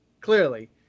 clearly